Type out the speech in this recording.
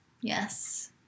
Yes